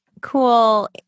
cool